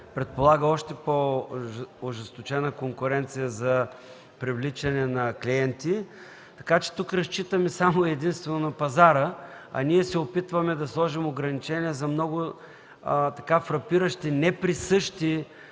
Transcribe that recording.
предполага още по-ожесточена конкуренция за привличане на клиенти, така че тук разчитаме само и единствено на пазара, а ние се опитваме да сложим ограничения за много фрапиращи, неприсъщи